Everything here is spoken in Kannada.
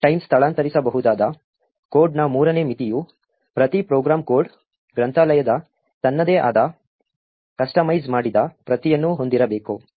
ಲೋಡ್ ಟೈಮ್ ಸ್ಥಳಾಂತರಿಸಬಹುದಾದ ಕೋಡ್ನ ಮೂರನೇ ಮಿತಿಯು ಪ್ರತಿ ಪ್ರೋಗ್ರಾಂ ಕೋಡ್ ಗ್ರಂಥಾಲಯದ ತನ್ನದೇ ಆದ ಕಸ್ಟಮೈಸ್ ಮಾಡಿದ ಪ್ರತಿಯನ್ನು ಹೊಂದಿರಬೇಕು